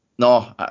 No